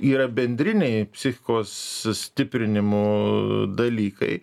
yra bendriniai psichikos sustiprinimo dalykai